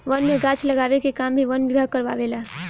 वन में गाछ लगावे के काम भी वन विभाग कारवावे ला